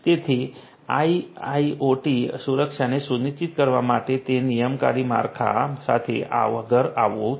તેથી આઇઆઇઓટી સુરક્ષાને સુનિશ્ચિત કરવા માટે તે નિયમનકારી માળખા ફ્રેમવર્ક સાથે આગળ આવવાનું છે